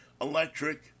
electric